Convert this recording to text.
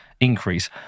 increase